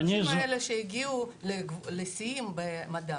האנשים האלה שהגיעו לשיאים במדע,